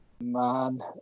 man